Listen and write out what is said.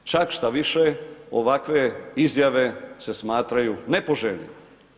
Čak, štoviše, ovakve izjave se smatraju nepoželjnim.